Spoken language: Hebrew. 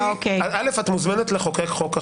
את מוזמנת לחוקק חוק אחר.